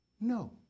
no